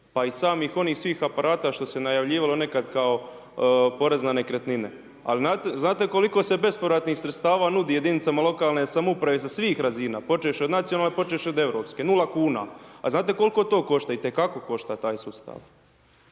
pa i samih onih svih aparata što se najavljivalo nekad kao porez na nekretnine. Ali znate koliko se bespovratnih sredstava nudi jedinicama lokalne samouprave sa svih razina, počevši od nacionalne, počevši od europske, 0 kuna. A znate koliko to košta? Itekako košta taj sustav.